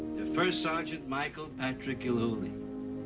first sergeant michael patrick gilhooly.